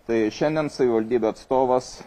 tai šiandien savivaldybė atstovas